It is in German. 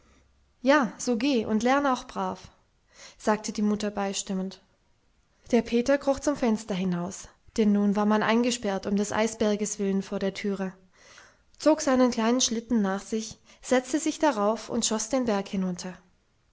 ja so geh und lern auch brav sagte die mutter beistimmend der peter kroch zum fenster hinaus denn nun war man eingesperrt um des eisberges willen vor der türe zog seinen kleinen schlitten nach sich setzte sich darauf und schoß den berg hinunter